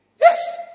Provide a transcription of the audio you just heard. Yes